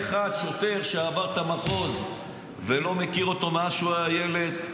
אין שוטר שעבר את המחוז ולא מכיר אותו מאז שהוא היה ילד.